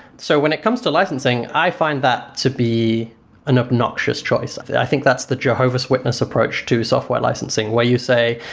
so when it comes to licensing, i find that to be an obnoxious choice. i think that's the jehovah's witness approach to software licensing, where you say,